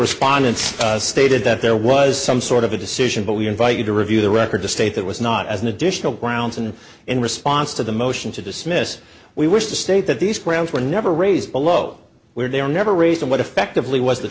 responses stated that there was some sort of a decision but we invite you to review the record to state that was not as an additional grounds and in response to the motion to dismiss we wish to state that these grounds were never raised below where they were never raised in what effectively was the